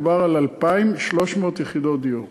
מדובר על 2,300 יחידות דיור.